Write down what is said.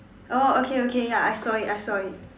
oh okay okay ya I saw it I saw it